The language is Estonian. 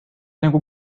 nagu